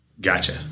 Gotcha